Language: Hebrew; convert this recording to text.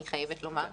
אני חייבת לומר,